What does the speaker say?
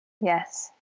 Yes